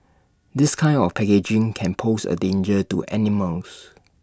this kind of packaging can pose A danger to animals